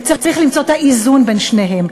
וצריך למצוא את האיזון בין שניהם.